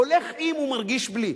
הולך עם ומרגיש בלי.